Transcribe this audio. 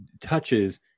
touches